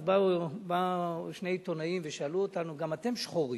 ואז באו שני עיתונאים ושאלו אותנו: גם אתם שחורים?